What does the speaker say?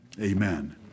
Amen